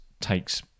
takes